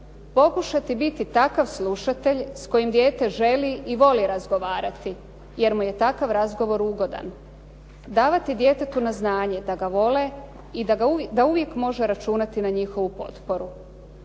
Pokušati biti takav slušatelj s kojim dijete želi i voli razgovarati jer mu je takav razgovor ugodan. Davati djetetu na znanje da ga vole i da uvijek može računati na njihovu potporu.